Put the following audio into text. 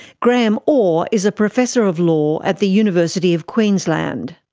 graeme orr is a professor of law at the university of queensland.